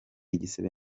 igisebe